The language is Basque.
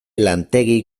lantegi